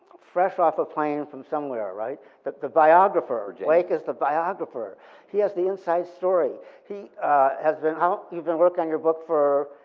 fresh off a plane from somewhere, right? but the biographer, blake is the biographer he has the inside story. he has been, you've been working on your book for?